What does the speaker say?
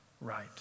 right